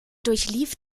durchlief